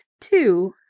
Two